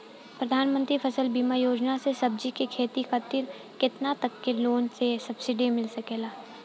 प्रधानमंत्री फसल बीमा योजना से सब्जी के खेती खातिर केतना तक के लोन आ सब्सिडी मिल सकेला?